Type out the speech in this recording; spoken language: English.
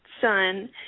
son